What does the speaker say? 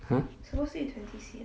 !huh!